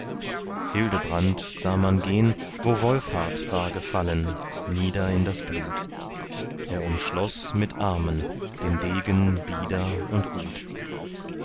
hildebrand sah man gehn wo wolfhart war gefallen nieder in das blut er umschloß mit armen den degen bieder und gut